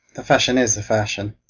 the fashion is the fashion.